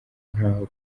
ntaho